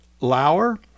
Lauer